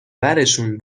برشون